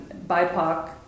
BIPOC